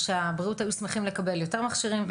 שהבריאות היו שמחים לקבל יותר מכשירים,